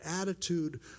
attitude